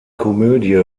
komödie